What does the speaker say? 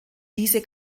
diese